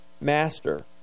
master